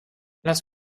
lass